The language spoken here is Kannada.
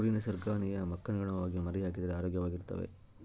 ಕುರಿ ನಿಸರ್ಗ ನಿಯಮಕ್ಕನುಗುಣವಾಗಿ ಮರಿಹಾಕಿದರೆ ಆರೋಗ್ಯವಾಗಿರ್ತವೆ